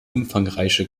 umfangreiche